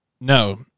No